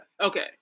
Okay